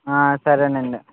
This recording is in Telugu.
సరేనండి